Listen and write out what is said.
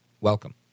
Welcome